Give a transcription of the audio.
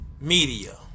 media